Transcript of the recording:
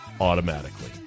automatically